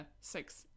six